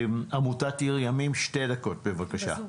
עמותת עיר ימים, 2 דקות בבקשה.